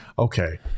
Okay